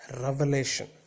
revelation